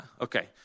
Okay